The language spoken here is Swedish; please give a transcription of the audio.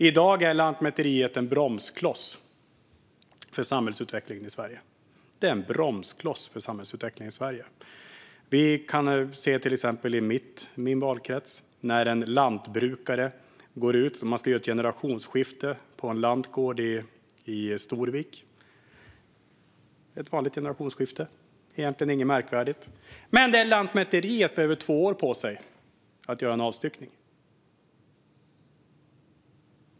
I dag är Lantmäteriet en bromskloss för samhällsutvecklingen i Sverige. Vi kan till exempel titta på min valkrets, där en lantbrukare ska göra ett generationsskifte på en lantgård i Storvik. Det är ett vanligt generationsskifte, egentligen inget märkvärdigt, men Lantmäteriet behöver två år på sig för att göra en avstyckning.